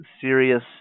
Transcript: serious